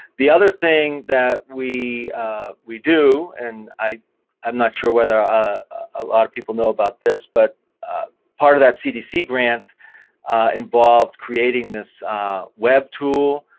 the other thing that we we do, and i'm not sure whether a lot of people know about this, but part of that cdc grant involves creating this web tool